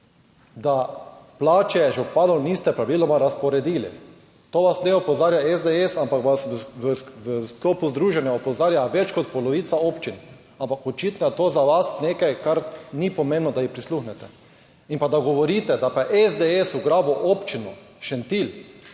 da plače županov niste praviloma razporedili. To vas ne opozarja SDS, ampak vas v sklopu združenja opozarja več kot polovica občin, ampak očitno je to za vas nekaj, kar ni pomembno, da ji prisluhnete. In pa da govorite, da pa je SDS ugrabil občino Šentilj.